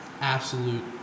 absolute